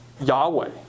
Yahweh